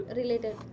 related